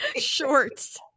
Shorts